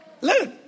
Look